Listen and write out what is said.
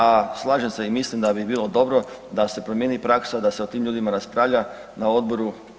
A slažem se i mislim da bi bilo dobro da se promijeni praksa da se o tim ljudi raspravlja na Odboru.